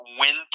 win